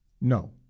No